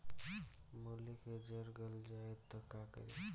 मूली के जर गल जाए त का करी?